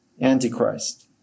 Antichrist